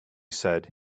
said